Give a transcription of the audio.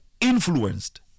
influenced